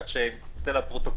כך שאם תסתכל על הפרוטוקול,